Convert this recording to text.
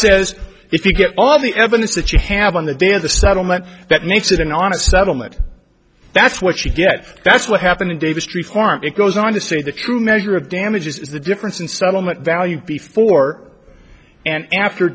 says if you get all of the evidence that you have on the day of the settlement that makes it an honest settlement that's what you get that's what happened in david street form it goes on to say the true measure of damages is the difference in settlement value before and after